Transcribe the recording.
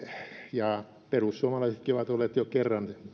ja perussuomalaisetkin ovat olleet jo kerran